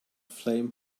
flame